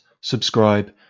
subscribe